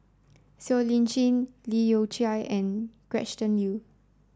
Siow Lee Chin Leu Yew Chye and Gretchen Liu